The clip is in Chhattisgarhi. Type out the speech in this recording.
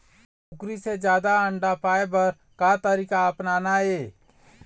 कुकरी से जादा अंडा पाय बर का तरीका अपनाना ये?